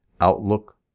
outlook